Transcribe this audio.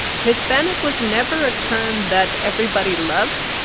hispanic was never a term that everybody loved,